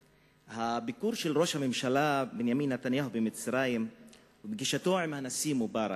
הביקור של ראש הממשלה בנימין נתניהו במצרים ופגישתו עם הנשיא מובארק,